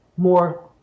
more